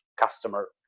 customer